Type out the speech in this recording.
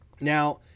Now